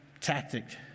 tactic